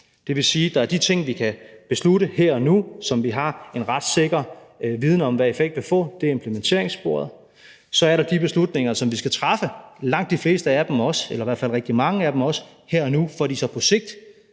det vil sige, at der er ting, vi kan beslutte her og nu, og som vi har en ret sikker viden om hvad effekt vil få, og det er implementeringssporet, og så er der de beslutninger, som vi skal træffe, langt de fleste eller i hvert fald rigtig mange af dem også her og nu, for at de så på sigt